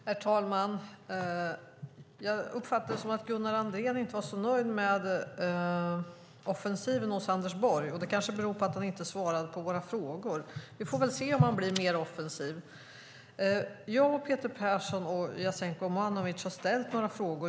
Herr talman! Jag uppfattade det som att Gunnar Andrén inte var så nöjd med offensiven hos Anders Borg. Det kanske beror på att han inte svarade på våra frågor. Vi får väl se om han blir mer offensiv. Jag, Peter Persson och Jasenko Omanovic har ställt några frågor.